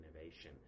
innovation